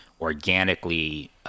organically